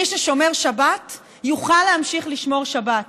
מי ששומר שבת יוכל להמשיך לשמור שבת.